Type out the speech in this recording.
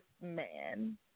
man